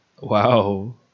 Wow